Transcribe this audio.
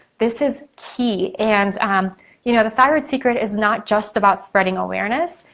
this is key and um you know the thyroid secret is not just about spreading awareness,